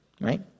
right